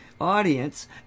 audience